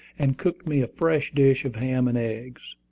and cooked me a fresh dish of ham and eggs.